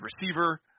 receiver